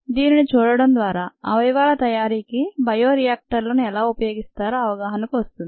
దీనిని చూడటం ద్వారా అవయవాల తయారీకి బయో రియాక్టర్లను ఎలా ఉపయోగిస్తారో అవగాహనకు వస్తుంది